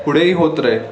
पुढेही होत राहील